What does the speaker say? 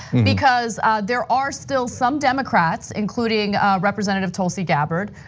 because there are still some democrats, including representative tulsi gabbard,